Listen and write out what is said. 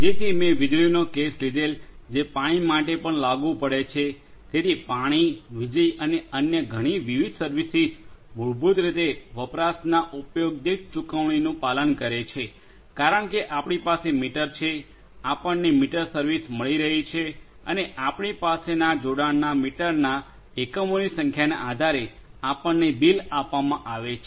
તેથી મેં વીજળીનો કેસ લીધેલ જે પાણી માટે પણ લાગુ પડે છે તેથી પાણી વીજળી અને અન્ય ઘણી વિવિધ સર્વિસીસ મૂળભૂત રીતે વપરાશના ઉપયોગ દીઠ ચૂકવણીનું પાલન કરે છે કારણ કે આપણી પાસે મીટર છે આપણને મીટર સર્વિસ મળી રહી છે અને આપણી પાસેનાં જોડાણનાં મીટરનાં એકમોની સંખ્યાના આધારે આપણને બિલ આપવામાં આવે છે